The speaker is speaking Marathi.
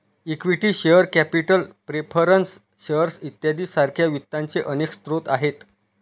equity share capital preference shares इत्यादी सारख्या वित्ताचे अनेक स्रोत आहेत